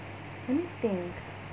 let me think